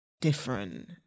different